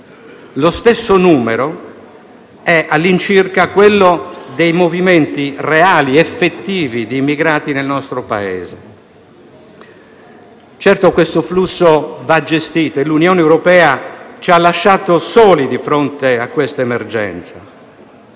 Lo stesso numero è all'incirca quello dei movimenti reali ed effettivi di immigrati nel nostro Paese. Certamente questo flusso va gestito e l'Unione europea ci ha lasciato soli di fronte a questa emergenza.